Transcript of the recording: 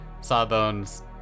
Sawbones